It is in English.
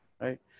right